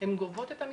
הן גובות את המסים,